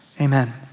Amen